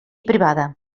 privada